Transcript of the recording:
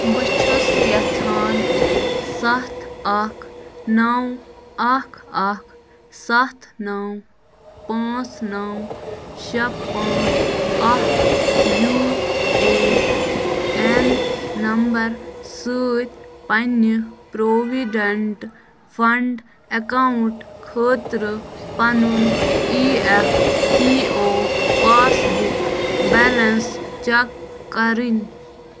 بہٕ چھُس یژھان سَتھ اکھ نو اکھ اکھ سَتھ نو پانٛژھ نو شےٚ پانٛژھ اکھ یوٗ اے این نمبر سۭتۍ پنٛنہِ پرٛووِڈٮ۪نٛٹ فنٛڈ اٮ۪کاوُنٛٹ خٲطرٕ پَنُن E F P O passbook balance check کَرٕنۍ